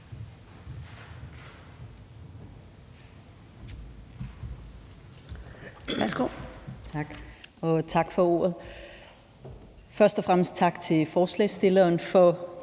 Tak for ordet. Først og fremmest tak til forslagsstillerne for